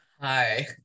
Hi